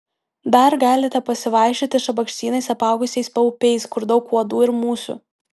dar galite pasivaikščioti šabakštynais apaugusiais paupiais kur daug uodų ir musių